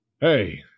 Hey